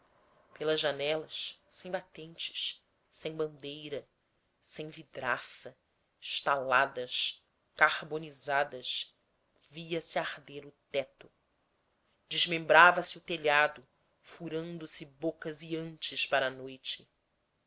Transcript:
pelas janelas sem batentes sem bandeira sem vidraça estaladas carbonizadas via-se arder o teto desmembrava se o telhado furando se bocas hiantes para a noite